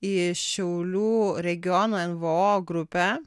į šiaulių regiono nvo grupę